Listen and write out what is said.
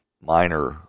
minor